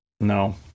no